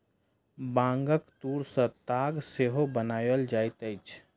बांगक तूर सॅ ताग सेहो बनाओल जाइत अछि